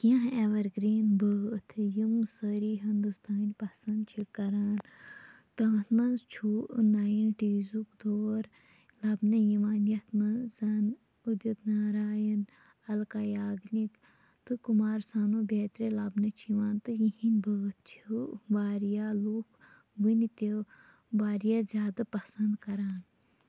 کیٚنٛہہ evergreen بٲتھ یِم سٲری ہِنٛدوستٲنۍ پَسَنٛد چھِ کَران تِمَن مَنٛز چھُ نایِنٹیٖزُک دور لَبنہٕ یِوان یتھ مَنٛز زَن اُدِت نارایَن اَلکا یاگنِٛک تہٕ کُمار سانوٗ بیٚترٕ لَبنہٕ چھِ یِوان تہٕ یِہٕنٛدۍ بٲتھ چھِ واریاہ لوٗکھ وُنہِ تہِ واریاہ زیادٕ پَسَنٛد کَران